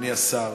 אדוני השר: